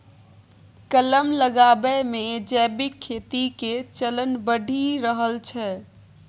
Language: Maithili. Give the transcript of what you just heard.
कलम लगाबै मे जैविक खेती के चलन बढ़ि रहल छै